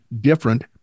different